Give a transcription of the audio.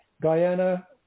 Guyana